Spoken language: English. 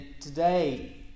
today